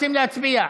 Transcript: להצביע.